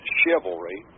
chivalry